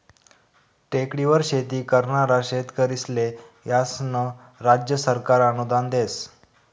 टेकडीवर शेती करनारा शेतकरीस्ले त्यास्नं राज्य सरकार अनुदान देस